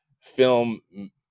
film